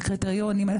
על קריטריונים,